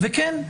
אבל כן,